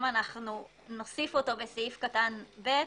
אם נוסיף אותו בסעיף קטן (ב)